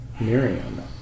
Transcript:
Miriam